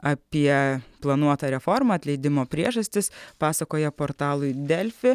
apie planuotą reformą atleidimo priežastis pasakoja portalui delfi